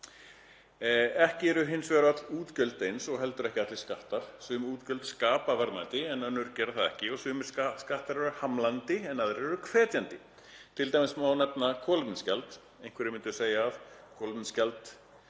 Ekki eru hins vegar öll útgjöld eins, og heldur ekki allir skattar. Sum útgjöld skapa verðmæti en önnur gera það ekki og sumir skattar eru hamlandi en aðrir eru hvetjandi. Til dæmis má nefna kolefnisgjald. Einhverjir myndu segja að kolefnisgjald